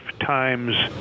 times